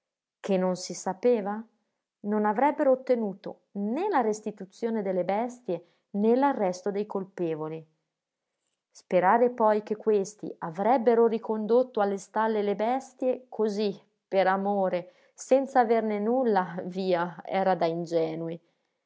che non si sapeva non avrebbero ottenuto né la restituzione delle bestie né l'arresto dei colpevoli sperare poi che questi avrebbero ricondotto alle stalle le bestie così per amore senz'averne nulla via era da ingenui